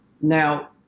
Now